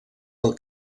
pel